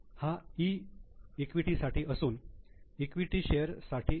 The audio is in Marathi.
हा 'E' इक्विटी साठी असून इक्विटी शेअर साठी नाही